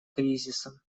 кризисом